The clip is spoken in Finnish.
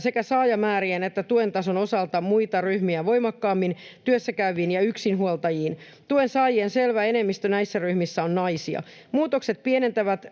sekä saajamäärien että tuen tason osalta muita ryhmiä voimakkaammin työssäkäyviin ja yksinhuoltajiin. Tuen saajien selvä enemmistö näissä ryhmissä on naisia. Muutokset pienentävät